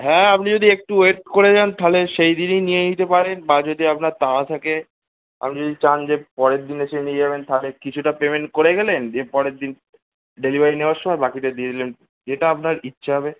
হ্যাঁ আপনি যদি একটু ওয়েট করে যান তাহলে সেই দিনই নিয়ে নিতে পারেন বা যদি আপনার তাড়া থাকে আপনি যদি চান যে পরের দিন এসে নিই যাবেন থালে কিছুটা পেমেন্ট করে গেলেন দিয়ে পরের দিন ডেলিভারি নেওয়ার সময় বাকিটা দিয়ে দিলেন যেটা আপনার ইচ্ছা হবে